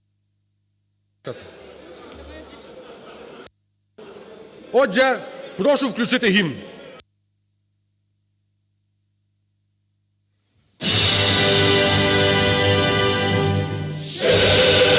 Отже, прошу включити Гімн.